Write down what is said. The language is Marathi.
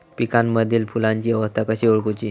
पिकांमदिल फुलांची अवस्था कशी ओळखुची?